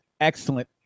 excellent